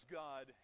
god